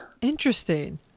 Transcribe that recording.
Interesting